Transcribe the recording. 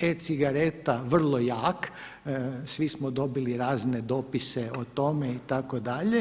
e-cigareta vrlo jak, svi smo dobili razne dopise o tome itd.